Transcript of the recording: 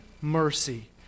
mercy